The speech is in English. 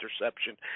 interception